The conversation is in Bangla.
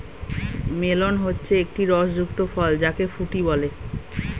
মেলন হচ্ছে একটি রস যুক্ত ফল যাকে ফুটি বলে